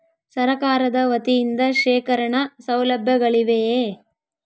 ಸರಕಾರದ ವತಿಯಿಂದ ಶೇಖರಣ ಸೌಲಭ್ಯಗಳಿವೆಯೇ?